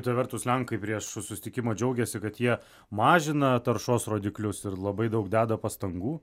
kita vertus lenkai prieš susitikimą džiaugėsi kad jie mažina taršos rodiklius ir labai daug deda pastangų